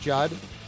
Judd